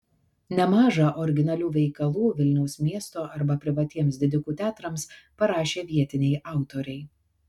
nemaža originalių veikalų vilniaus miesto arba privatiems didikų teatrams parašė vietiniai autoriai